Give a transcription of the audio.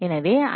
எனவே ஐ